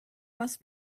must